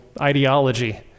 ideology